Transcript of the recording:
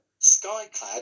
Skyclad